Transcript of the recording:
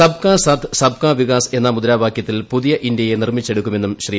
സബ്കാ സാത് സബ്കാ വികാസ് എന്ന മുദ്രാവാകൃത്തിൽ പുതിയ ഇന്ത്യയെ നിർമ്മിച്ചെടുക്കുമെന്നും ശ്രീ